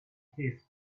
his